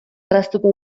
erraztuko